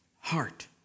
heart